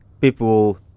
people